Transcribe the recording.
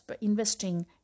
investing